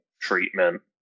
treatment